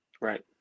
Right